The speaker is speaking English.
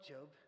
Job